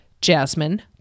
Jasmine